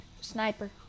Sniper